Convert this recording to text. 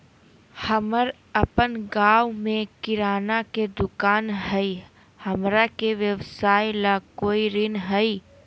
हमर अपन गांव में किराना के दुकान हई, हमरा के व्यवसाय ला कोई ऋण हई?